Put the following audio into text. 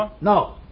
No